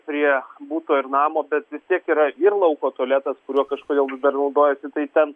prie buto ir namo bet vis tiek yra ir lauko tualetas kuriuo kažkodėl vis dar naudojasi tai ten